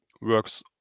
works